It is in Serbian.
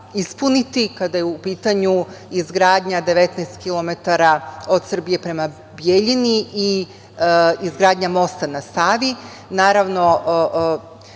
ispuniti, kada je u pitanju izgradnja 19 kilometara od Srbije prema Bjeljini, i izgradnja mosta na Savi. Naravno